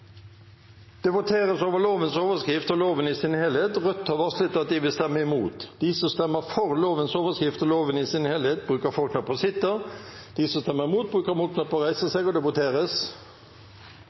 Det voteres over lovens overskrift og loven i sin helhet. Rødt har varslet at de vil stemme imot. Lovvedtaket vil bli ført opp til andre gangs behandling i